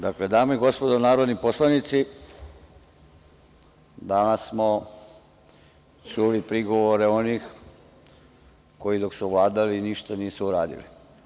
Dame i gospodo narodni poslanici, danas smo čuli prigovore onih koji dok su vladali ništa nisu uradili.